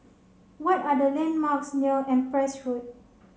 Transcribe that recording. what are the landmarks near Empress Road